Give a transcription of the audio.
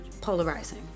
polarizing